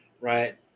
right